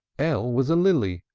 l was a lily,